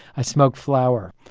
i smoked flour.